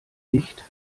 nicht